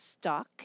stuck